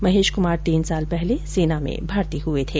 महेश कुमार तीन साल पहले सेना में भर्ती हुये थे